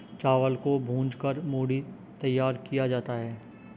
चावल को भूंज कर मूढ़ी तैयार किया जाता है